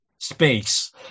space